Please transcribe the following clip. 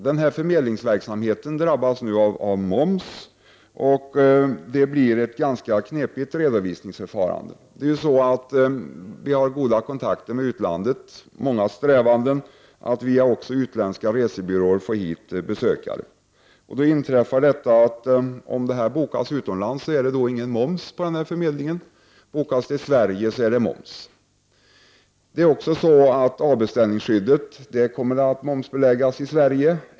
Denna förmedlingsverksamhet drabbas nu av moms, och redovisningsförfarandet blir ganska knepigt. Vi har goda kontakter med utlandet och strävar efter att via utländska resebyråer få hit besökare. Om stugor eller privata rum bokas utomlands är förmedlingen inte momsbelagd. Om bokningen sker i Sverige är den momsbelagd. Även avbeställningsskyddet kommer att momsbeläggas i Sverige.